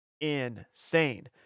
insane